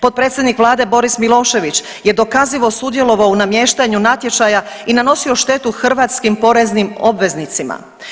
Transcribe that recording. Potpredsjednik vlade Boris Milošević je dokazivo sudjelovao u namještanju natječaja i nanosio štetu hrvatskim poreznim obveznicima.